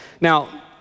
Now